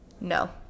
No